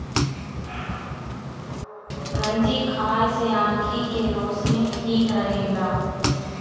गंजी खाए से आंखी के रौशनी ठीक रहेला